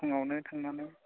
फुङावनो थांनानै